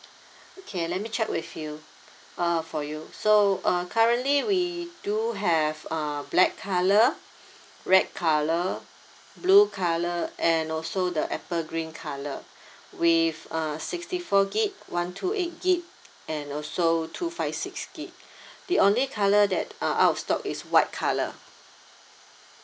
okay let me check with you uh for you so uh currently we do have uh black colour red colour blue colour and also the apple green colour with uh sixty four gig one two eight gig and also two five six gig the only colour that uh out of stock is white colour